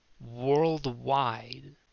worldwide